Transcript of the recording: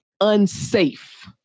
unsafe